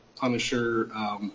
Punisher